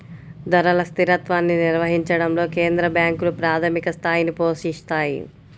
ధరల స్థిరత్వాన్ని నిర్వహించడంలో కేంద్ర బ్యాంకులు ప్రాథమిక పాత్రని పోషిత్తాయి